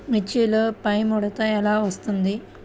మిర్చిలో పైముడత ఎలా వస్తుంది?